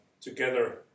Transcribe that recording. together